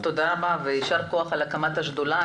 תודה רבה ויישר כח על הקמת השדולה.